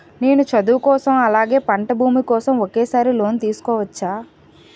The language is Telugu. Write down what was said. నేను చదువు కోసం అలాగే పంట భూమి కోసం ఒకేసారి లోన్ తీసుకోవచ్చా?